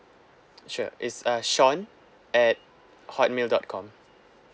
sure it's uh sean at hotmail dot com